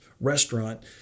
restaurant